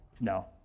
No